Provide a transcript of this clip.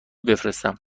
بفرستم